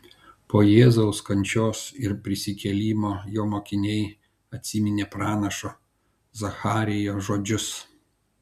po jėzaus kančios ir prisikėlimo jo mokiniai atsiminė pranašo zacharijo žodžius